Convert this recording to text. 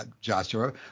Joshua